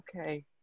Okay